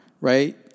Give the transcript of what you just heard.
right